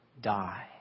die